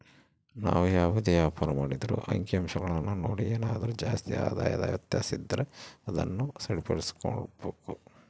ನಾವು ಯಾವುದೇ ವ್ಯಾಪಾರ ಮಾಡಿದ್ರೂ ಅಂಕಿಅಂಶಗುಳ್ನ ನೋಡಿ ಏನಾದರು ಜಾಸ್ತಿ ಆದಾಯದ ವ್ಯತ್ಯಾಸ ಇದ್ರ ಅದುನ್ನ ಸರಿಪಡಿಸ್ಕೆಂಬಕು